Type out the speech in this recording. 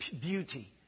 beauty